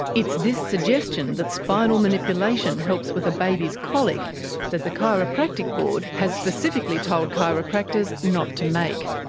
it's this suggestion that spinal manipulation helps with a baby's colic that the chiropractic board has specifically told chiropractors not to make.